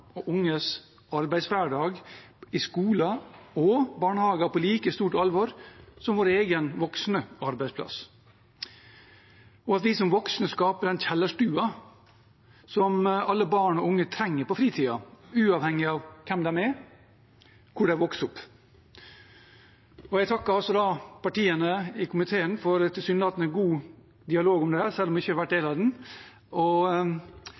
og unges arbeidshverdag i skoler og barnehager på like stort alvor som vår egen, voksne arbeidsplass, og at vi som voksne skaper den kjellerstua som alle barn og unge trenger på fritiden, uavhengig av hvem de er, og hvor de vokser opp. Jeg takker partiene i komiteen for en tilsynelatende god dialog om dette, selv om jeg ikke har vært del av den, og